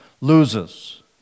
loses